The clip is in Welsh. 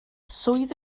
swydd